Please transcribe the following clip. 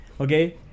Okay